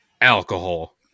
alcohol